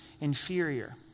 inferior